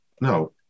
no